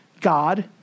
God